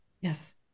Yes